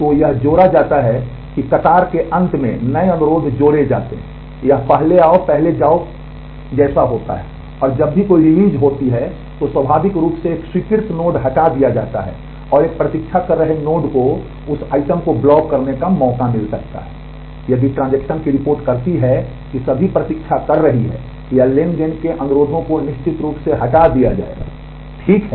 तो यह जोड़ा जाता है कि कतार के अंत में नए अनुरोध जोड़े जाते हैं यह पहले आओ पहले जाओ होता है और जब भी कोई रिलीज होती है तो स्वाभाविक रूप से एक स्वीकृत नोड हटा दिया जाता है और एक प्रतीक्षा कर रहे नोड को उस आइटम को ब्लॉक करने का मौका मिल सकता है यदि ट्रांजेक्शन की रिपोर्ट करती है कि सभी प्रतीक्षा कर रही है या ट्रांज़ैक्शन के अनुरोधों को निश्चित रूप से हटा दिया जाएगा ठीक है